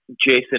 Jason